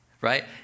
right